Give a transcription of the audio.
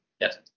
yes